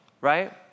right